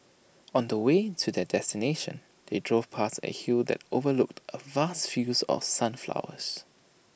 on the way to their destination they drove past A hill that overlooked A vast fields of sunflowers